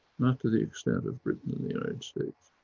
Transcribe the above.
not to the extent of britain and the united states.